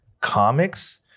comics